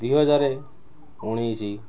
ଦୁଇ ହଜାର ଉଣେଇଶି